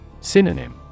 Synonym